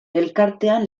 elkartean